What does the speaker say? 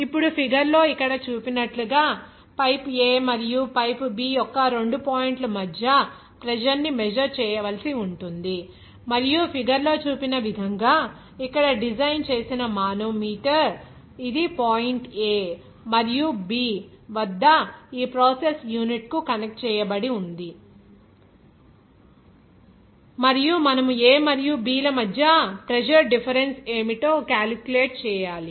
ఇప్పుడు ఫిగర్ లో ఇక్కడ చూపినట్లుగా పైప్ A మరియు B యొక్క రెండు పాయింట్ల మధ్య ప్రెజర్ ని మెజర్ చేయవలసి ఉంటుంది మరియు ఫిగర్ లో చూపిన విధంగా ఇక్కడ డిజైన్ చేసిన మానోమీటర్ ఇది పాయింట్ A మరియు B వద్ద ఈ ప్రాసెస్ యూనిట్కు కనెక్ట్ చేయబడి ఉంది మరియు మనము A మరియు B ల మధ్య ప్రెజర్ డిఫరెన్స్ ఏమిటో క్యాలిక్యులేట్ చేయాలి